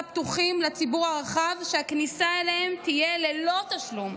פתוחים לציבור הרחב שהכניסה אליהם תהיה ללא תשלום,